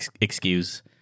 excuse